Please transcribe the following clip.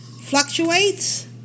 fluctuates